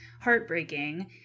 heartbreaking